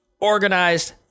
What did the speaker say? organized